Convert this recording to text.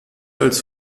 als